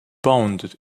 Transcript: bounded